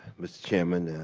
mr. chairman.